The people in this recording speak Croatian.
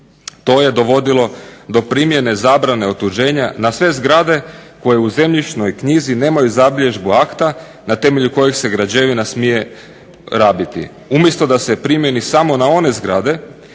To je dovodilo do primjene zabrane otuđenja na sve zgrade koje u zemljišnoj knjizi nemaju zabilježbu akta na temelju kojeg se građevina smije rabiti. Umjesto da se primjeni samo na one zgrade